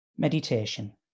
Meditation